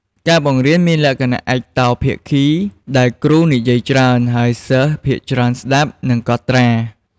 ការបង្រៀនមានលក្ខណៈឯកតោភាគី ដែលគ្រូនិយាយច្រើន ហើយសិស្សភាគច្រើនស្ដាប់ និងកត់ត្រា។